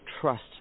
trust